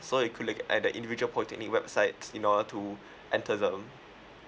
so you could like at the individual polytechnic websites in order to enter them